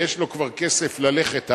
ויש לו כבר כסף ללכת הלאה,